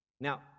now